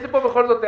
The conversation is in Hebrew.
מזה...